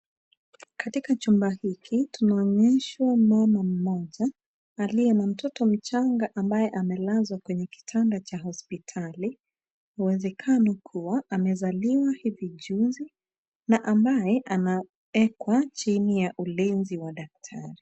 Katika chumba hiki, tunaonyeshwa mama mmoja, aliye na mtoto mchanga ambaye amelazwa kwenye kitanda cha hospitali, huwezekano kuwa amezaliwa hivi juzi na ambaye anaekwa chini ya ulinzi wa daktari.